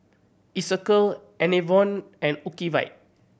Isocal Enervon and Ocuvite